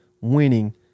winning